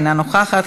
אינה נוכחת,